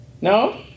No